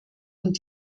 und